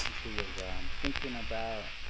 and she was thinking about